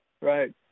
right